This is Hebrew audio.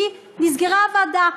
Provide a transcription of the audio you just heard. כי נסגרה הוועדה.